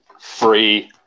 free